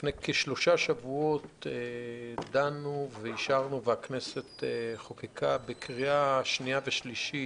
שלפני כשלושה שבועות דנו ואישרנו והכנסת חוקקה בקריאה שנייה ושלישית